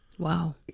Wow